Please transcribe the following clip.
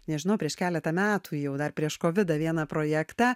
nežinau prieš keletą metų jau dar prieš kovidą vieną projektą